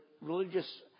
religious